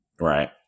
Right